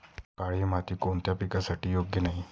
काळी माती कोणत्या पिकासाठी योग्य नाही?